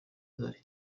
zari